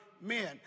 men